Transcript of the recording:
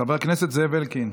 חבר הכנסת זאב אלקין.